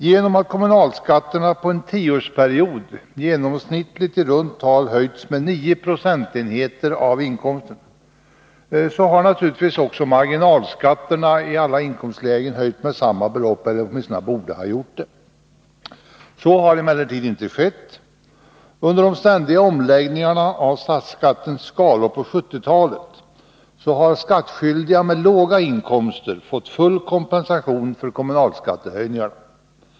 Genom att kommunalskatterna under en tioårsperiod genomsnittligt höjts med i runt tal 9 procentenheter av inkomsten borde också marginalskatterna i alla inkomstlägen stigit lika mycket. Så har emellertid inte skett. Under de ständiga omläggningarna av statsskattens skalor på 1970-talet har skattskyldiga med låga inkomster fått full kompensation för kommunalskattehöjningarna.